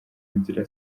nzira